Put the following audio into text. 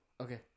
Okay